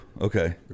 Okay